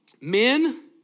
Men